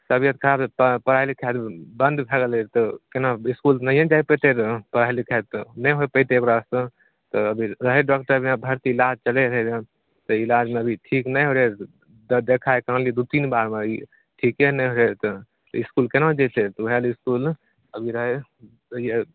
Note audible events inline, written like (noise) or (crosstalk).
तबियत खराब पढ़ाइ लिखाइ तऽ बन्द भए गेलै तऽ केना इसकूल नहिए जाइ पड़तै रऽ पढ़ाइ लिखाइ तऽ नहि होइ पैतै ओकरासँ तऽ फिर ओहए डॉक्टरके इहाँ भर्ती इलाज चलै रहऽ से इलाज मऽ अभी ठीक नऽ होलै तऽ देखाएके अनली दू तीन बारमे ई ठीके नहि होइ तऽ इसकूल केना जेतै तऽ ओहए लऽ इसकूल अभी रहै (unintelligible)